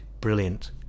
brilliant